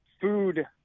Food